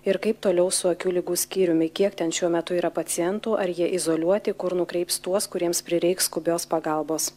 ir kaip toliau su akių ligų skyriumi kiek ten šiuo metu yra pacientų ar jie izoliuoti kur nukreips tuos kuriems prireiks skubios pagalbos